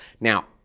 Now